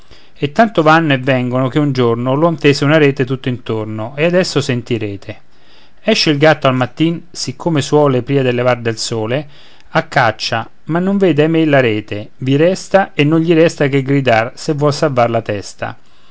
e tanto vanno e vengono che un giorno l'uomo tese una rete tutt'intorno e adesso sentirete esce il gatto al mattin siccome suole pria del levar del sole a caccia ma non vede ahimè la rete i resta e non gli resta che di gridar se vuol salvar la testa